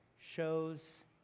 shows